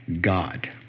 God